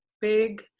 big